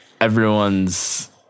everyone's